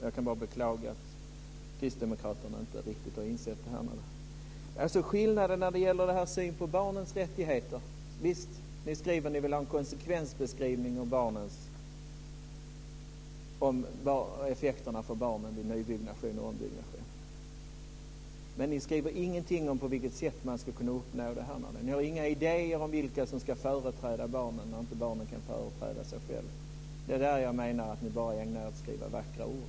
Jag kan bara beklaga att kristdemokraterna inte riktigt har insett detta. Vad gäller barnens rättigheter skriver ni att ni vill ha beskrivningar av effekter för barnen vid ny och ombyggnation, men ni skriver ingenting om på vilket sätt man ska kunna åstadkomma detta. Ni har inga idéer om vilka som ska företräda barnen när de inte kan företräda sig själva. Det är därför som jag menar att ni bara ägnar er åt att skriva vackra ord.